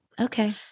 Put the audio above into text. Okay